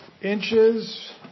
inches